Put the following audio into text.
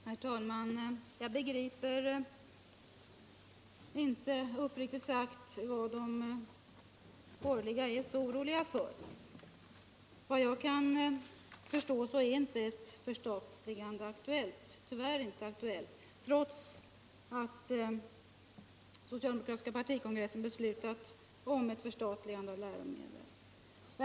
Herr talman! Jag begriper uppriktigt sagt inte vad de borgerliga är så oroliga för. Efter vad jag kan förstå är ett förstatligande tyvärr inte aktuellt, trots att socialdemokratiska partikongressen beslutat om ett förstatligande av läromedlen.